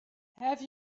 have